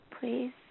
please